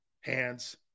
hands